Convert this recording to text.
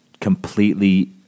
completely